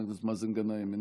חבר הכנסת מאזן גנאים,